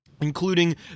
including